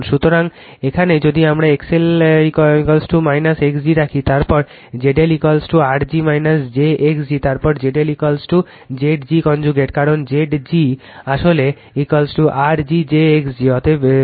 সুতরাং এখানে যদি আমরা XL কি কল X g রাখি তারপর ZLR g j x g তারপর ZLZg কনজুগেট কারণ Zg আসলে R g j x g